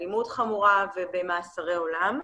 באלימות חמורה ובמאסרי עולם.